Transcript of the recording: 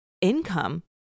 income